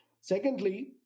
Secondly